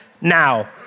now